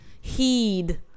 heed